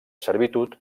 servitud